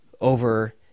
over